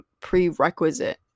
prerequisite